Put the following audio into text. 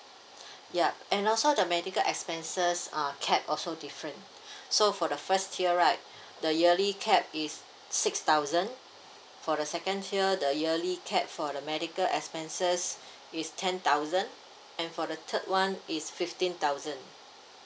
ya and also the medical expenses uh capped also different so for the first tier right the yearly capped is six thousand for the second tier the yearly capped for the medical expenses is ten thousand and for the third one is fifteen thousand